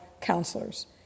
counselors